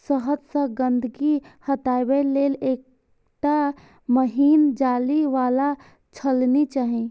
शहद सं गंदगी हटाबै लेल एकटा महीन जाली बला छलनी चाही